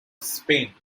spain